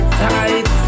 tight